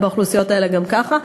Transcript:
באוכלוסיות האלה, גם ככה.